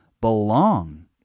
belong